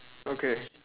okay